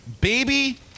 Baby